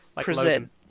present